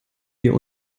wir